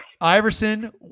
Iverson